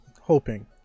hoping